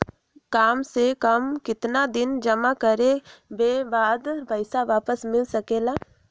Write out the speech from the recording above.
काम से कम केतना दिन जमा करें बे बाद पैसा वापस मिल सकेला?